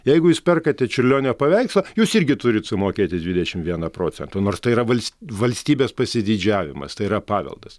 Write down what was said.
jeigu jūs perkate čiurlionio paveikslą jūs irgi turit sumokėti dvidešimt vieną procentą nors tai yra valst valstybės pasididžiavimas tai yra paveldas